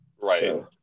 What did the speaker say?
Right